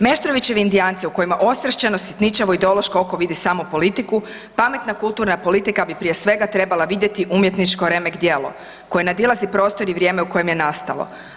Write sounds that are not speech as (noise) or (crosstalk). Meštrovićevi „Indijanci“ u kojima ... (unintelligible) sitničavo i ideološko oko vidi samo politiku, pametna kulturna politika bi prije svega, trebala vidjeti umjetničko remek-djelo, koje nadilazi prostor i vrijeme u kojem je nastalo.